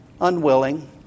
unwilling